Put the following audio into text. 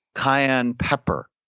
cayenne pepper,